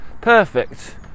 Perfect